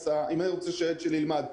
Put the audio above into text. רוצה שהילד שלי ילמד,